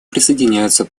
присоединяется